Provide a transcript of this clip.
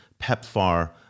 pepfar